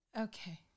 okay